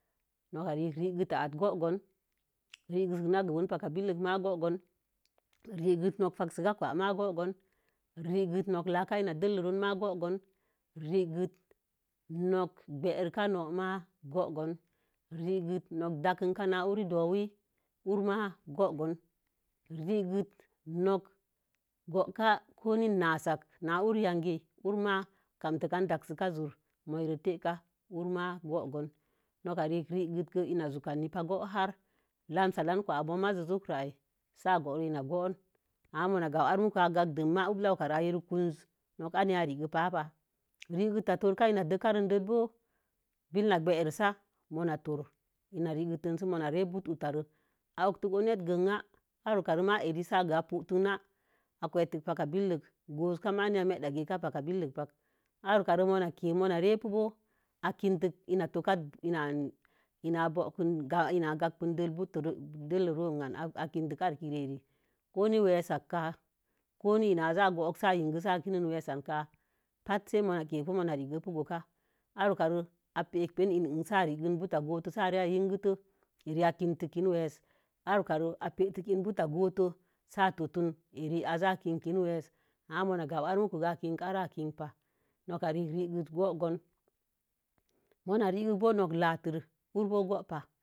Nok ka'a rek rekəta-a go̱o̱gon, rekətena ben nok pak billək ben go̱o̱gon, rekəte nok faseka ma go̱o̱gon rekəte nok laka ina'a dəllən ma go̱o̱gon, rekə nok gwerka no'í ma go̱o̱gon rekəte nok dakin ka na wurə dowen hur ma go̱o̱gon, regəte nok gowuga n nasek wurma gamte gam dasəka zur muwen teka wurma go̱o̱gon. Noka regegə regetə kə ina'a sukan ni ba go̱o̱ran lamse lan kwa'a zuukni sə a boro ina'a gohuni. Ama ma gawur are muko, a gak dənma. Wulla kuka re a gabə kusə. Nok ana'a arege pa. Regetə. Tor ka ina tokaro bo̱o̱- bill na gerisa ma tor, ina'a regəte sé ma re bo'utere. A o'utok o̱o̱ net genya'a. Are huka re ma, a se ma agi putuk na'a. A kwate paka billək. gowuka na ma medə geka oaka bill ka pak, a wugaren ma ke mare pubo̱o̱ akin ina'a toka i na bo̱okin ina'a gakpin del button roo nan, a kinte aréé ko na weesə ka, ko ina a za'a burok se a kin weesa ka. Patə se ma ke ma regi goka. Are wuka a pe'ik in se a regi buta go̱o̱to, se a yikatə. Are a kin tin kin weesə. Are wuka re a petə pen inin puta go̱o̱to se a totun erə se i kin weesə. Ama ma gan are muko. Kin ara, a kin pa. Noka rei regetə go̱o̱gon, ma regetə bo̱o̱ nok latre bo̱o̱ go̱o̱go pa.